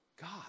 God